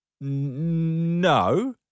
no